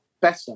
better